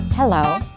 Hello